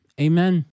amen